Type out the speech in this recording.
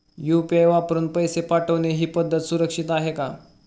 UPI वापरून पैसे पाठवणे ही पद्धत सुरक्षित आहे का?